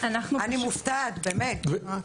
אני מופתעת, באמת.